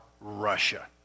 Russia